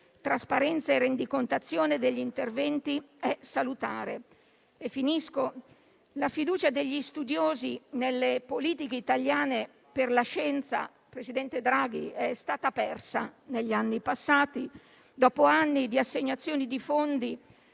trasparenza e rendicontazione degli interventi, è salutare. La fiducia degli studiosi nelle politiche italiane per la scienza, presidente Draghi, è stata persa negli anni passati, dopo anni di assegnazioni di fondi